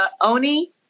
Oni